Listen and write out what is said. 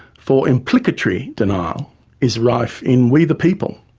for implicatory denial is rife in we the people.